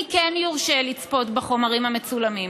מי כן יורשה לצפות בחומרים המצולמים?